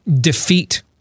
defeat